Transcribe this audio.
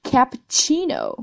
Cappuccino